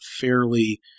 fairly